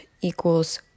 equals